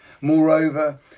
Moreover